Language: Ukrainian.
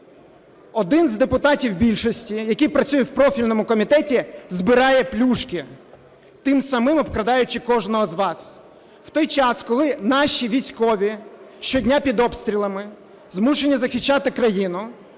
один з депутатів більшості, який працює в профільному комітеті, збирає "плюшки", тим самим обкрадаючи кожного з вас. В той час, коли наші військові щодня під обстрілами змушені захищати країну.